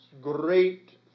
great